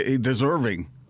deserving